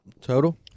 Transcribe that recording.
total